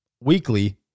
weekly